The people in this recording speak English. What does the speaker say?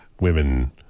women